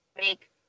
make